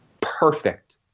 perfect